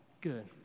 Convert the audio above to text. good